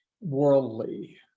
worldly